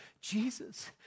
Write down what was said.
Jesus